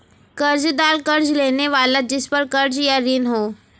कर्ज़दार कर्ज़ लेने वाला जिसपर कर्ज़ या ऋण हो